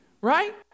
right